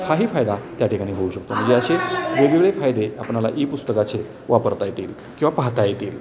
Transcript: हा ही फायदा त्याठिकाणी होऊ शकतो ज्याचे वेगवेगळे फायदे आपणाला ई पुस्तकाचे वापरता येतील किंवा पाहता येतील